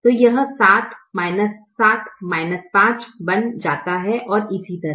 तो यह 7 7 5 बन जाता है और इसी तरह